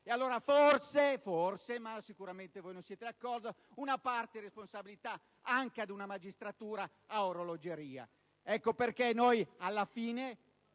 Allora forse - forse, ma sicuramente non sarete d'accordo - una parte di responsabilità va anche ad una magistratura ad orologeria. Ecco perché, alla fine